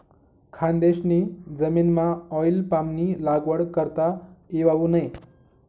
खानदेशनी जमीनमाऑईल पामनी लागवड करता येवावू नै